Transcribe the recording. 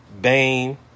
bane